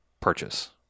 purchase